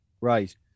right